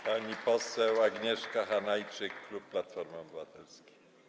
Pani poseł Agnieszka Hanajczyk, klub Platforma Obywatelska.